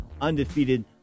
undefeated